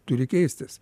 turi keistis